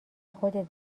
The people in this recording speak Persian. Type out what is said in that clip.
خودت